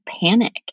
panic